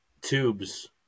tubes